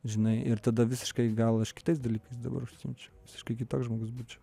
žinai ir tada visiškai gal aš kitais dalykais dabar užsiimčiau visiškai kitoks žmogus būčiau